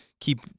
keep